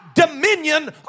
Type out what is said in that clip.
Dominion